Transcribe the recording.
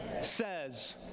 says